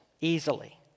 easily